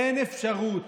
אין אפשרות